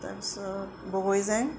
তাৰপিছত বগৰীজেং